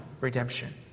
redemption